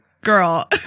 girl